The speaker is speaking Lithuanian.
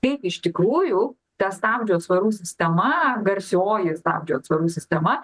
kaip iš tikrųjų ta stabdžių atsvarų sistema garsioji stabdžių atsvarų sistema